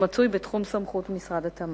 שמצוי בתחום סמכות משרד התמ"ת.